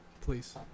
Please